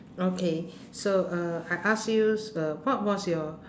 okay so uh I ask you uh what was your